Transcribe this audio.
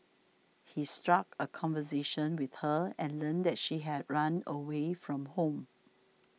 he struck a conversation with her and learned that she had run away from home